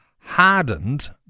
hardened